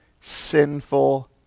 sinful